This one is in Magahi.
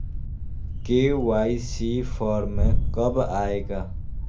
के.वाई.सी फॉर्म कब आए गा?